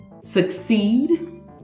succeed